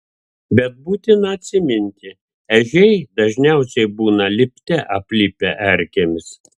bet būtina atsiminti ežiai dažniausiai būna lipte aplipę erkėmis